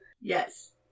Yes